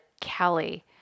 Kelly